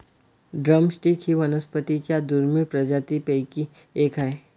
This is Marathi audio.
ड्रम स्टिक ही वनस्पतीं च्या दुर्मिळ प्रजातींपैकी एक आहे